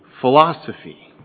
philosophy